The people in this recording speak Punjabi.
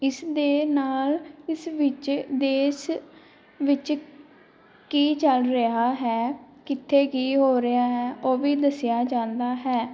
ਇਸ ਦੇ ਨਾਲ ਇਸ ਵਿੱਚ ਦੇਸ਼ ਵਿੱਚ ਕੀ ਚੱਲ ਰਿਹਾ ਹੈ ਕਿੱਥੇ ਕੀ ਹੋ ਰਿਹਾ ਹੈ ਉਹ ਵੀ ਦੱਸਿਆ ਜਾਂਦਾ ਹੈ